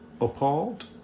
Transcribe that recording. appalled